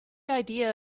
idea